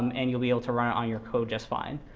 um and you'll be able to run on your code just fine.